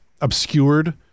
obscured